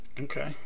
Okay